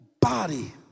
body